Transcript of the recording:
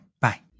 Bye